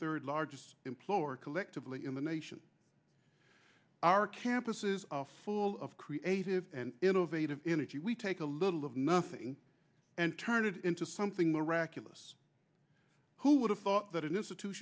third largest employer collectively in the nation our campuses are full of creative and innovative energy we take a little of nothing and turn it into something miraculous who would have thought that i